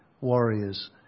warriors